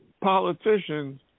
politicians